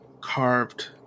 carved